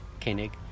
Koenig